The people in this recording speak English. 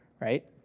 right